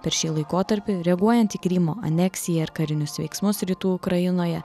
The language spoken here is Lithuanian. per šį laikotarpį reaguojant į krymo aneksiją ir karinius veiksmus rytų ukrainoje